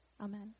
Amen